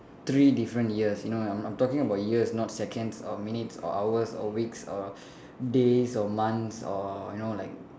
three different years you know I'm I'm talking about years not seconds or minutes or hours or weeks or days or months or you know like